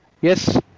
yes